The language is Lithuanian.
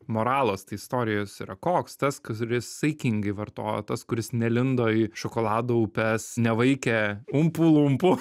moralas tai istorijos yra koks tas kad turi saikingai vartojo tas kuris nelindo į šokolado upes nevaikė umpu lumpu